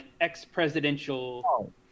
ex-presidential